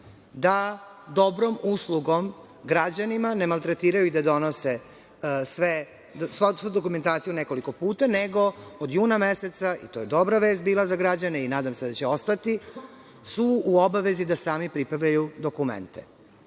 da dobrom uslugom građanima, ne maltretiraju ih da donose svu dokumentaciju nekoliko puta, nego od juna meseca, i to je dobra vest bila za građane i nadam se da će ostati, su u obavezi da sami prikupe dokumente. Prijava